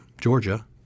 Georgia